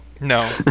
No